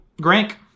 Grank